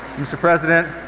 mr. president,